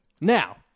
Now